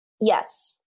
Yes